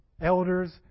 elder's